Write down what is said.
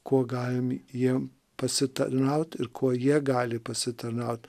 kuo galim jiem pasitarnaut ir kuo jie gali pasitarnaut